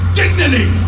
dignity